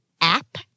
app